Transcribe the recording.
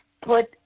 put